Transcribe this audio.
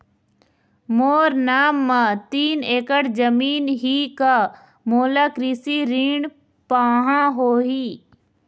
मोर नाम म तीन एकड़ जमीन ही का मोला कृषि ऋण पाहां होही?